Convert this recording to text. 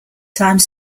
time